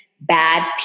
bad